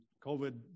COVID